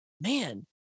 man